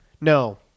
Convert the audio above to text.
No